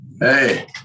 Hey